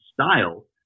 style